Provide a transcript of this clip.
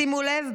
שימו לב,